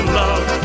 love